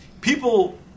people